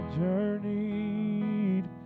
journeyed